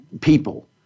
people